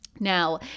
Now